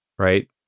right